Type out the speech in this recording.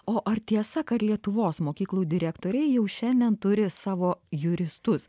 o ar tiesa kad lietuvos mokyklų direktoriai jau šiandien turi savo juristus